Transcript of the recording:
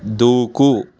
దూకు